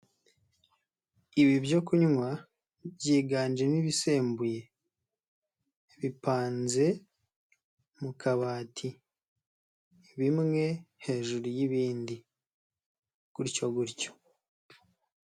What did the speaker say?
Ibi byo kunywa byiganjemo ibisembuye. Bipanze mu kabati. Bimwe hejuru y'ibindi. Gutyo gutyo.